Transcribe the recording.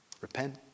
Repent